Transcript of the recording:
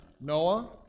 Noah